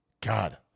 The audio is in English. God